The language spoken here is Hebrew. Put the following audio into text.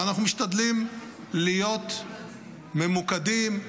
ואנחנו משתדלים להיות ממוקדים,